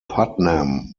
putnam